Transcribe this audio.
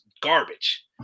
garbage